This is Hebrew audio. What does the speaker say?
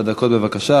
ארבע דקות, בבקשה.